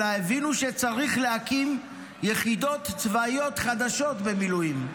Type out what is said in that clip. אלא הבינו שצריך להקים יחידות צבאיות חדשות במילואים: